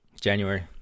January